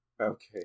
Okay